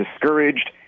discouraged